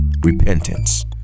repentance